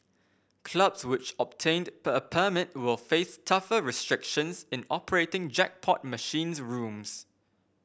clubs which obtained per a permit will face tougher restrictions in operating jackpot machines rooms